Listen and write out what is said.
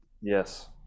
yes